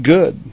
Good